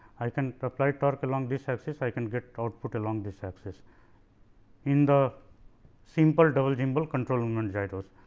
i can apply torque along this axis i can get out put along this axis in the simple double gimbal control moment giros.